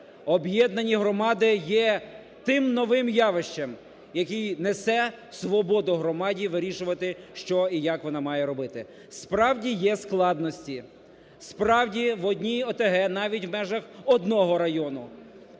Об'єднані громади є тим новим явищем, яке несе свободу громаді вирішувати що і як вона має робити. Справді є складності, справді в одній ОТГ навіть в межах одного району.